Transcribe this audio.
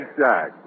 Jack